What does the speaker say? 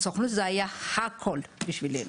סוכנות זה היה הכול בשבילנו.